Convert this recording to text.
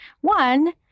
One